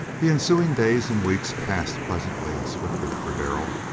the ensuing days and weeks passed pleasantly and swiftly for darrell.